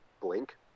blink